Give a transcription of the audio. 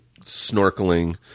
snorkeling